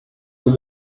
zur